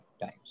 times